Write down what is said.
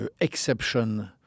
exception